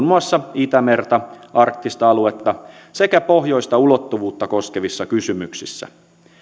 muassa itämerta arktista aluetta sekä pohjoista ulottuvuutta koskevissa kysymyksissä